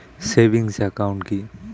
Savings account কি?